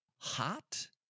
hot